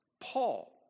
Paul